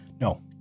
No